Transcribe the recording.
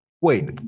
wait